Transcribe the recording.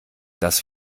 dass